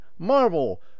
Marvel